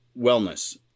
wellness